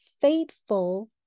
faithful